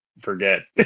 forget